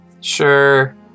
Sure